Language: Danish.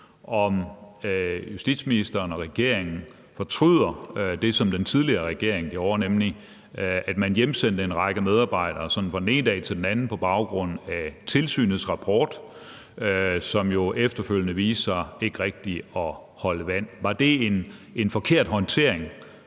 om justitsministeren og regeringen fortryder det, som den tidligere regering gjorde, nemlig at man sådan fra den ene dag til den anden hjemsendte en række medarbejdere på baggrund af tilsynets rapport, som jo efterfølgende viste sig ikke rigtig at holde vand. Var det en forkert håndtering